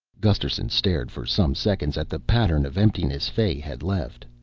gusterson stared for some seconds at the pattern of emptiness fay had left.